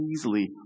easily